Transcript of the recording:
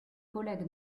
collègues